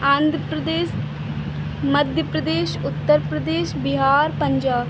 Andhra Pradesh Madhya Pradesh Uttar Pradesh Bihar Punjab